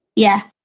yeah